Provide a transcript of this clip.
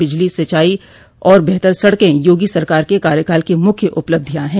बिजली सिंचाई और बेहतर सड़कें योगी सरकार के कार्यकाल की मुख्य उपलब्धियां हैं